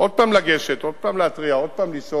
עוד פעם לגשת, עוד פעם להתריע, עוד פעם לשאול,